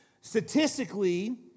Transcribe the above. statistically